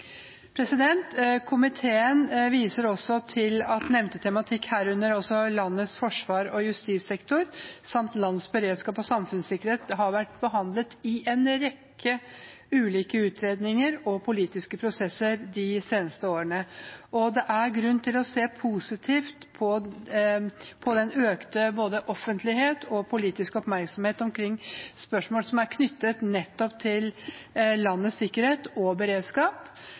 Nord-Norge. Komiteen viser også til at nevnte tematikk, herunder landets forsvar og justissektor samt landets beredskap og samfunnssikkerhet, har vært behandlet i en rekke ulike utredninger og politiske prosesser de seneste årene. Det er grunn til å se positivt på den økte offentlige og politiske oppmerksomhet omkring spørsmål som er knyttet til landets sikkerhet og beredskap,